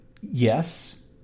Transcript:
Yes